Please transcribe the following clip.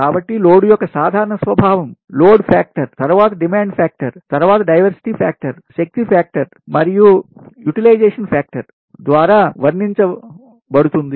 కాబట్టి లోడ్ యొక్క సాధారణ స్వభావం లోడ్ కారకం తరువాత డిమాండ్ ఫ్యాక్టర్ తరువాత డైవర్సిటీ ఫ్యాక్టర్ శక్తి ఫ్యాక్టర్ మరియు యుటిలైజేషన్ ఫ్యాక్టర్ ద్వారా వర్నిరించబడుతుంది